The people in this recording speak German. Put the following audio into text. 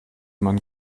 man